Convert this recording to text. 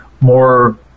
more